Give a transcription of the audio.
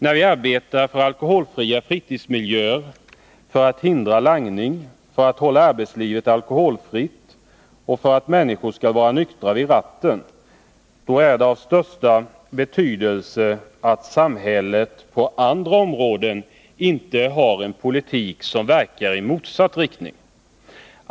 När vi arbetar för alkoholfria fritidsmiljöer, för att förhindra langning, för att hålla arbetslivet alkoholfritt och för att människor skall vara nyktra vid ratten, då är det av största betydelse att samhället på andra områden inte för en politik som verkar i motsatt riktning.